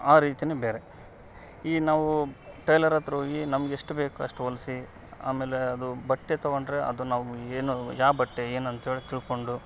ಆ ರೀತಿ ಬೇರೆ ಈ ನಾವೂ ಟೈಲರ್ ಹತ್ರ ಹೋಗಿ ನಮಗೆ ಎಷ್ಟು ಬೇಕು ಅಷ್ಟು ಹೊಲ್ಸಿ ಆಮೇಲೆ ಅದು ಬಟ್ಟೆ ತಗೊಂಡರೆ ಅದು ನಾವು ಏನು ಯಾವ ಬಟ್ಟೆ ಏನಂತೇಳಿ ತಿಳ್ಕೊಂಡು